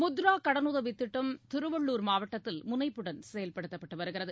முத்ரா கடனுதவி திட்டம் திருவள்ளுர் மாவட்டத்தில் முனைப்புடன் செயல்படுத்தப்பட்டு வருகிறது